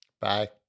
Bye